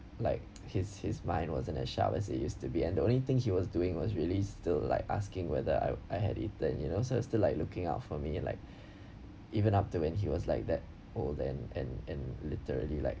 like his his mind wasn't as sharp as it used to be and the only thing he was doing was really still like asking whether I I had eaten you know so it's still like looking out for me like even up to when he was like that old and and and literally like